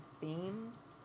themes